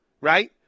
Right